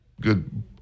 good